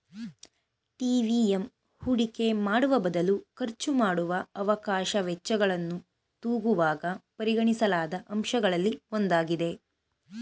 TVM ಹೂಡಿಕೆ ಮಾಡುವಬದಲು ಖರ್ಚುಮಾಡುವ ಅವಕಾಶ ವೆಚ್ಚಗಳನ್ನು ತೂಗುವಾಗ ಪರಿಗಣಿಸಲಾದ ಅಂಶಗಳಲ್ಲಿ ಒಂದಾಗಿದೆ